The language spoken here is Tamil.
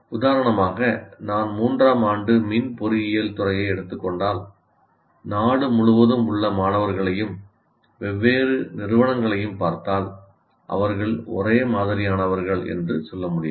உதாரணமாக நான் மூன்றாம் ஆண்டு மின் பொறியியல் துறையை எடுத்துக் கொண்டால் நாடு முழுவதும் உள்ள மாணவர்களையும் வெவ்வேறு நிறுவனங்களையும் பார்த்தால் அவர்கள் ஒரே மாதிரியானவர்கள் என்று சொல்ல முடியாது